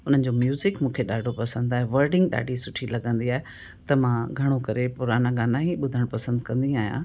उन्हनि जो म्युज़िक मूंखे ॾाढो पसंदि आहे वर्डिंग ॾाढी सुठी लॻंदी आहे त मां घणो करे पुराणा गाना ई ॿुधण पसंदि कंदी आहियां